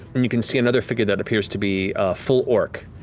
and you can see another figure that appears to be full orc,